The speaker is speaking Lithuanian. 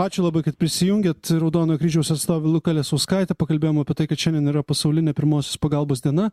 ačiū labai kad prisijungėt raudonojo kryžiaus atstovė luka lesauskaitė pakalbėjom apie tai kad šiandien yra pasaulinė pirmosios pagalbos diena